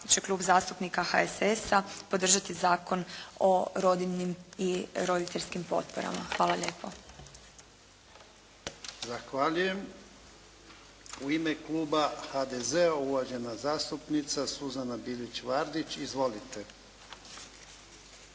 će Klub zastupnika HSS-a podržati Zakon o rodiljnim i roditeljskim potporama. Hvala lijepa. **Jarnjak, Ivan (HDZ)** Zahvaljujem. U ime Kluba HDZ-a uvažena zastupnica Suzana Bilić-Vardić. Izvolite.